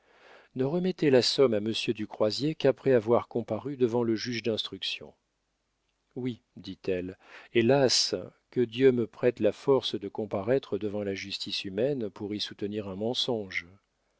ne remettez la somme à monsieur du croisier qu'après avoir comparu devant le juge d'instruction oui dit-elle hélas que dieu me prête la force de comparaître devant la justice humaine pour y soutenir un mensonge